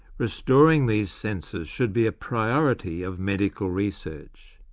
restoring these senses should be a priority of medical research.